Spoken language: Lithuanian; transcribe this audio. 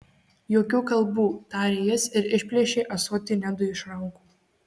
jokių kalbų tarė jis ir išplėšė ąsotį nedui iš rankų